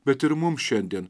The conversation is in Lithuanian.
bet ir mums šiandien